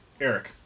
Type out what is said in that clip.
Eric